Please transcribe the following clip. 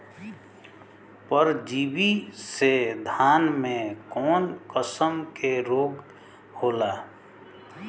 परजीवी से धान में कऊन कसम के रोग होला?